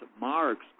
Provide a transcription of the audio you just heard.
Marx